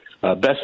Best